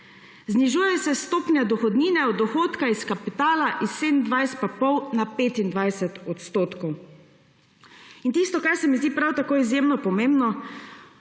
Znižuje se stopnja dohodnine od dohodka iz kapitala s 27,5 na 25 odstotkov. In tisto, kar se mi zdi prav tako izjemno pomembno,